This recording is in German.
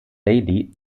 bailey